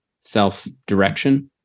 self-direction